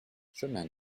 chemin